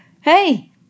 hey